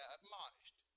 admonished